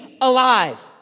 alive